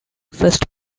first